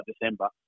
December